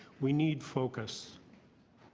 we need focus